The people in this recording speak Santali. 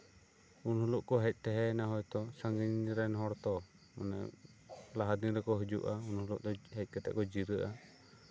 ᱩᱱ ᱦᱤᱞᱳᱜ ᱠᱚ ᱦᱮᱡ ᱛᱟᱦᱮᱸᱭᱮᱱᱟ ᱦᱳᱭᱛᱳ ᱥᱟᱺᱜᱤᱧ ᱨᱮᱱ ᱦᱚᱲ ᱛᱚ ᱢᱟᱱᱮ ᱞᱟᱦᱟ ᱫᱤᱱ ᱨᱮᱠᱚ ᱦᱤᱡᱩᱜᱼᱟ ᱩᱱ ᱦᱤᱞᱳᱜ ᱫᱚ ᱦᱮᱡ ᱠᱟᱛᱮᱜ ᱠᱚ ᱡᱤᱨᱟᱹᱜᱼᱟ